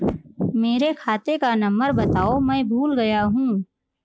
मेरे खाते का नंबर बताओ मैं भूल गया हूं